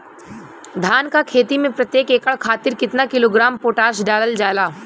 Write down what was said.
धान क खेती में प्रत्येक एकड़ खातिर कितना किलोग्राम पोटाश डालल जाला?